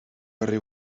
horri